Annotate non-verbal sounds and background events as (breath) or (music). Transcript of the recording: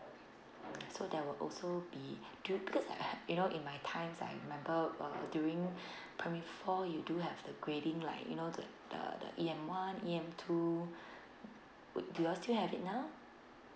so there will also be (breath) do you because I have you know in my times I remember uh during (breath) primary four you do have the grading like you know the the the E_M one E_M two (breath) do you all still have it now